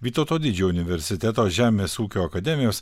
vytauto didžiojo universiteto žemės ūkio akademijos